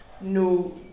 no